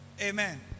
Amen